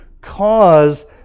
cause